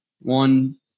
One